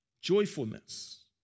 Joyfulness